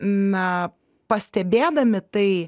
na pastebėdami tai